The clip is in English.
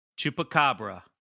chupacabra